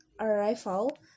arrival